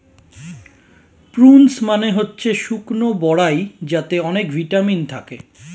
prunes মানে হচ্ছে শুকনো বরাই যাতে অনেক ভিটামিন থাকে